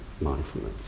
mindfulness